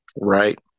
Right